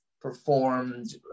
performed